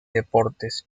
deportes